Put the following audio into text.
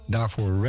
Daarvoor